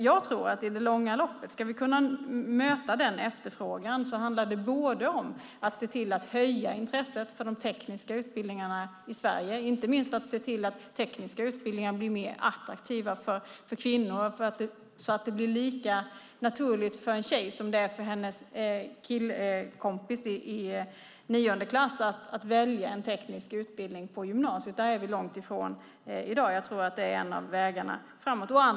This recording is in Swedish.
Ska vi i det långa loppet kunna möta den efterfrågan tror jag att det handlar om att se till att höja intresset för de tekniska utbildningarna i Sverige, inte minst att se till att tekniska utbildningar blir mer attraktiva för kvinnor så att det blir lika naturligt för en tjej som det är för hennes killkompis i nionde klass att välja en teknisk utbildning på gymnasiet. Det är vi långt ifrån i dag. Jag tror att det är en av vägarna framåt.